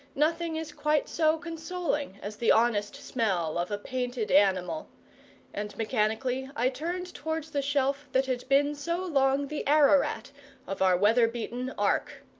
nothing is quite so consoling as the honest smell of a painted animal and mechanically i turned towards the shelf that had been so long the ararat of our weather-beaten ark.